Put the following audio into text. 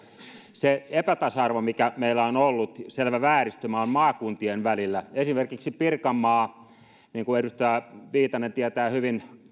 se epätasa arvo mikä meillä on ollut selvä vääristymä on maakuntien välillä esimerkiksi pirkanmaa niin kuin kollega edustaja viitanen tietää hyvin